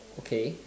okay